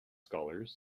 scholars